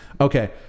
Okay